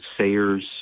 Sayers